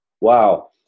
Wow